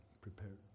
prepared